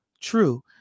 true